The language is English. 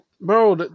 bro